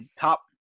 top